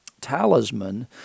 talisman